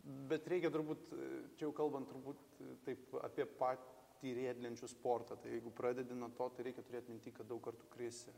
bet reikia turbūt čia jau kalbant turbūt taip apie patį riedlenčių sportą tai jeigu pradedi nuo to tai reikia turėt minty kad daug kartų krisi